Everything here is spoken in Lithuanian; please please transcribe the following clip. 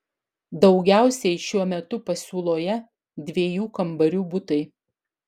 daugiausiai šiuo metu pasiūloje dviejų kambarių butai